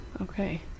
okay